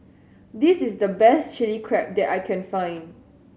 this is the best Chili Crab that I can find